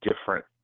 different